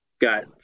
got